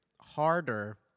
Harder